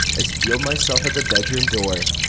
i steeled myself at the bedroom door.